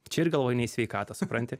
čia ir galvoju ne į sveikatą supranti